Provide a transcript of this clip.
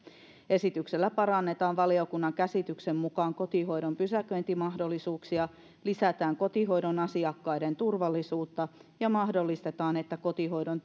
esityksellä parannetaan valiokunnan käsityksen mukaan kotihoidon pysäköintimahdollisuuksia lisätään kotihoidon asiakkaiden turvallisuutta ja mahdollistetaan että kotihoidon